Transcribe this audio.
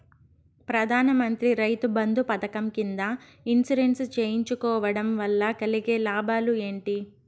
ప్రధాన మంత్రి రైతు బంధు పథకం కింద ఇన్సూరెన్సు చేయించుకోవడం కోవడం వల్ల కలిగే లాభాలు ఏంటి?